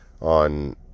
on